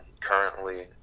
Currently